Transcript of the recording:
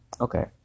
Okay